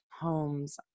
homes